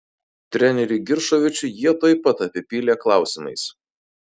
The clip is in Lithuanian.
trenerį giršovičių jie tuoj pat apipylė klausimais